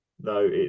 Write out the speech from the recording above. no